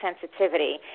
sensitivity